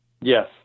Yes